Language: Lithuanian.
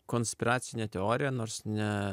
konspiracinė teorija nors ne